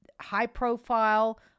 high-profile